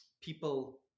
people